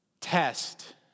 test